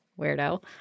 Weirdo